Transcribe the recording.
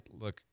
look